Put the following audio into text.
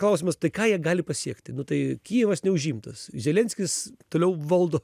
klausimas tai ką jie gali pasiekti nu tai kijevas neužimtas zelenskis toliau valdo